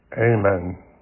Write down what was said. Amen